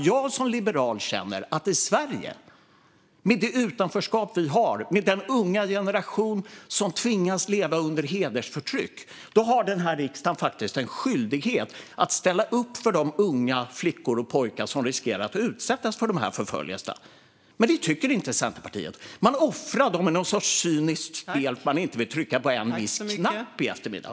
Jag som liberal känner nämligen att denna riksdag, med det utanförskap vi har i Sverige och den unga generation som tvingas leva under hedersförtryck, faktiskt har en skyldighet att ställa upp för de unga flickor och pojkar som riskerar att utsättas för dessa förföljelser. Men det tycker inte Centerpartiet. Man offrar dem i någon sorts cyniskt spel för att man inte vill trycka på en viss knapp i eftermiddag.